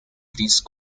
these